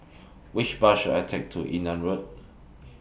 Which Bus should I Take to Yunnan Road